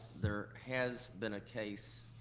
there has been a case